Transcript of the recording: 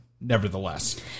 Nevertheless